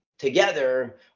together